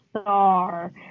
star